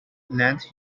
lent